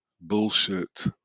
bullshit